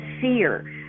fear